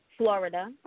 Florida